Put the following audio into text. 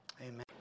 Amen